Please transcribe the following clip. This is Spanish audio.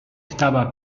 estaba